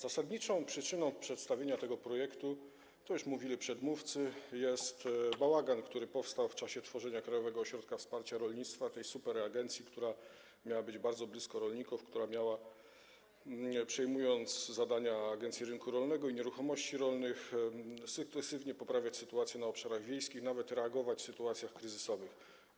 Zasadniczą przyczyną przedstawienia tego projektu - to już mówili przedmówcy - jest bałagan, który powstał w czasie tworzenia Krajowego Ośrodka Wsparcia Rolnictwa, tej superagencji, która miała być bardzo blisko rolników, która miała, przejmując zadania Agencji Rynku Rolnego i Agencji Nieruchomości Rolnych, sukcesywnie poprawiać sytuację na obszarach wiejskich, nawet reagować w sytuacjach kryzysowych.